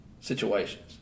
situations